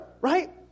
right